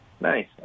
Nice